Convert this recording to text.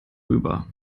rüber